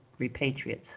repatriates